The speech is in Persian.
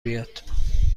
بیاد